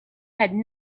had